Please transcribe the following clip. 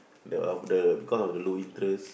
the of the because of the low interest